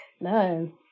No